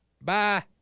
Bye